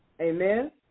Amen